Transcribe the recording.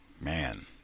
Man